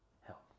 help